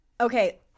Okay